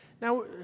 now